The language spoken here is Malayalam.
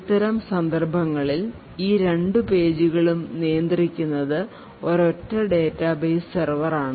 അത്തരം സന്ദർഭങ്ങളിൽ ഈ രണ്ട് പേജുകളും നിയന്ത്രിക്കുന്നത് ഒരൊറ്റ ഡാറ്റാബേസ് സെർവർ ആണ്